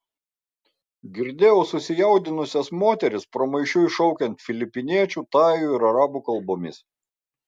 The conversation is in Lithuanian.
girdėjau susijaudinusias moteris pramaišiui šaukiant filipiniečių tajų ir arabų kalbomis